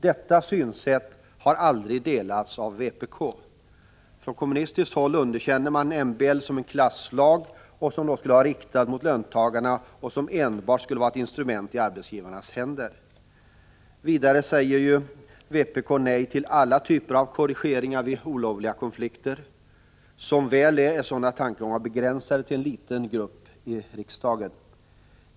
Detta synsätt har aldrig delats av vpk. Från kommunistiskt håll underkänner man MBL som en klasslag, riktad mot löntagarna, och att den enbart skulle vara ett instrument i arbetsgivarnas händer. Vidare säger vpk nej till alla typer av korrigeringar vid olovliga konflikter. Som väl är är sådana tankegångar begränsade till en liten grupp i riksdagen.